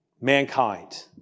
mankind